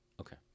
Okay